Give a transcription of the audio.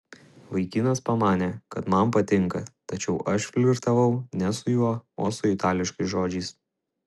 vaikinas pamanė kad man patinka tačiau aš flirtavau ne su juo o su itališkais žodžiais